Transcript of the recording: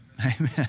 Amen